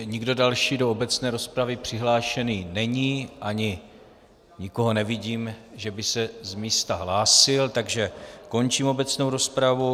Nikdo další do obecné rozpravy přihlášený není ani nikoho nevidím, že by se z místa hlásil, takže končím obecnou rozpravu.